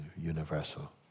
universal